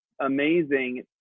amazing